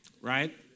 right